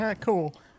Cool